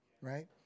right